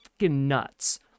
nuts